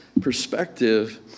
perspective